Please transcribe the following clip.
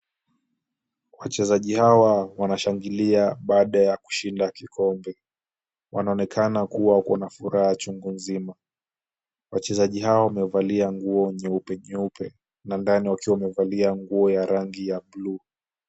Wachezaji hawa wanashangilia baada ya kushinda kikombe. Wanaonekana kuwa wako na furaha chungu nzima. Wachezaji hawa wamevalia nguo nyeupe nyeupe na ndani wakiwa wamevalia nguo ya rangi ya blue .